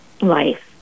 life